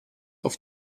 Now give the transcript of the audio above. auf